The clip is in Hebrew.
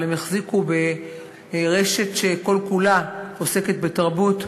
אבל הם החזיקו ברשת שכל-כולה עוסקת בתרבות,